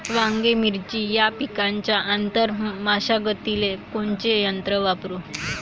वांगे, मिरची या पिकाच्या आंतर मशागतीले कोनचे यंत्र वापरू?